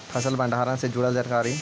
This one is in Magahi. फसल भंडारन से जुड़ल जानकारी?